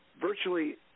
virtually